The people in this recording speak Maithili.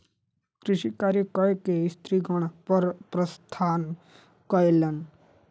कृषि कार्य कय के स्त्रीगण घर प्रस्थान कयलैन